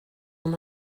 will